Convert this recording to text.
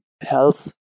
health